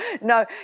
No